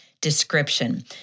description